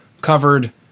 covered